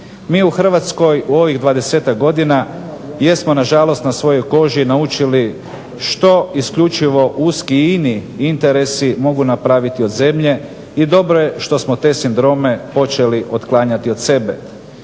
Mi u Hrvatskoj u ovih 20-ak godina jesmo nažalost na svojoj koži naučili što isključivo uski i ini interesi mogu napraviti od zemlje i dobro je što smo te sindrome počeli otklanjati od sebe.